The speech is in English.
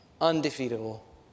Undefeatable